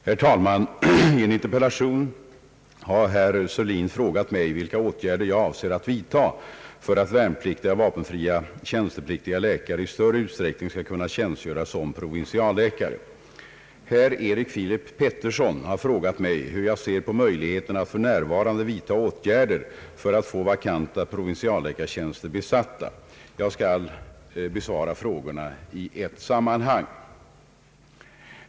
Herr talman! I en interpellation har herr Sörlin frågat mig, vilka åtgärder jag avser att vidta för att värnpliktiga och vapenfria tjänstepliktiga läkare i större utsträckning skall kunna tjänstgöra som provinsialläkare. Herr Erik Filip Petersson har frågat mig hur jag ser på möjligheterna att f. n. vidta åtgärder för att få vakanta provinsialläkartjänster besatta. Jag skall besvara frågorna i ett sammanhang.